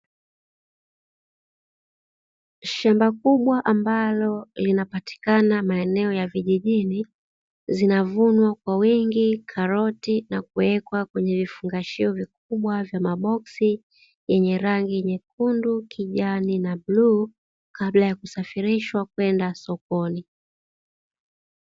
Shamba kubwa ambalo linapatikana maeneo ya vijijini, zinavunwa kwa wingi karoti na kuwekwa kwenye vifungashio vikubwa vya maboksi yenye rangi nyekundu, kijani na bluu kabla ya kusafirishwa kwenda sokoni.